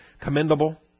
commendable